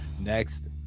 next